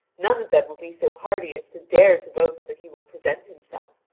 none of them will be so hardy as to dare to boast that he will present himself.